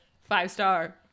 Five-star